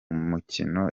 mukino